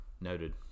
Noted